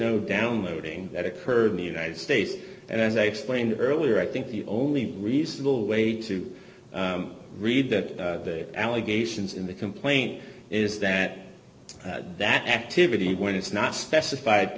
no downloading that occurred in the united states and as i explained earlier i think the only reasonable way to read that the allegations in the complaint is that that activity when it's not specified